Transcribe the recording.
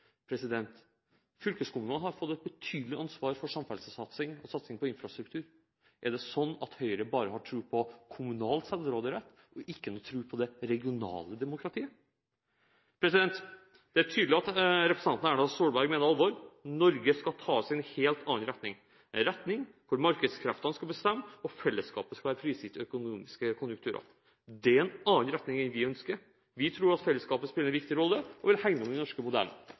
lokaldemokratiet. Fylkeskommunene har fått et betydelig ansvar for samferdselssatsing og satsing på infrastruktur. Er det sånn at Høyre bare har tro på kommunal selvråderett og ikke noen tro på det regionale demokratiet? Det er tydelig at representanten Erna Solberg mener alvor – Norge skal tas i en helt annen retning, en retning hvor markedskreftene skal bestemme og fellesskapet skal være prisgitt økonomiske konjunkturer. Det er en annen retning enn det vi ønsker. Vi tror at fellesskapet spiller en viktig rolle, og vil hegne om den norske modellen.